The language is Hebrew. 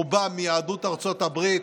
רובם מיהדות ארצות הברית,